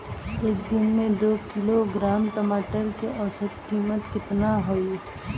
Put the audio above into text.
एक दिन में दो किलोग्राम टमाटर के औसत कीमत केतना होइ?